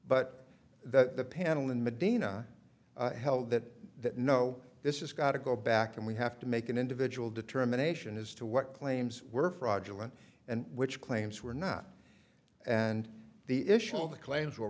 but that the panel in medina held that that no this is got to go back and we have to make an individual determination as to what claims were fraudulent and which claims were not and the issue of the claims were